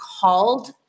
called